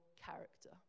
character